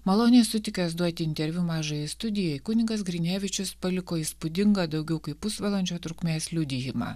maloniai sutikęs duoti interviu mažajai studijai kunigas grinevičius paliko įspūdingą daugiau kaip pusvalandžio trukmės liudijimą